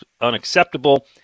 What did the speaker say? unacceptable